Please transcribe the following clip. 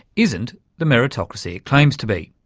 isn't the meritocracy it claims to be.